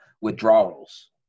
withdrawals